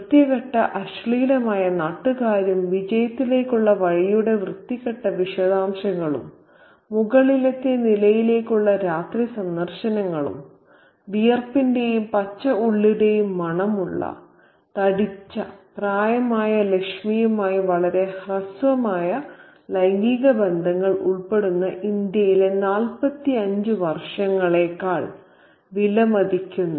വൃത്തികെട്ട അശ്ലീലമായ നാട്ടുകാരും വിജയത്തിലേക്കുള്ള വഴിയുടെ വൃത്തികെട്ട വിശദാംശങ്ങളും മുകളിലത്തെ നിലയിലേക്കുള്ള രാത്രി സന്ദർശനങ്ങളും വിയർപ്പിന്റെയും പച്ച ഉള്ളിയുടെയും മണമുള്ള തടിച്ച പ്രായമായ ലച്മിയുമായി വളരെ ഹ്രസ്വമായ ലൈംഗിക ബന്ധങ്ങൾ ഉൾപ്പെടുന്ന ഇന്ത്യയിലെ നാൽപ്പത്തിയഞ്ചു വർഷങ്ങളെക്കാൾ വിലമതിക്കുന്ന